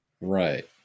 Right